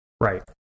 Right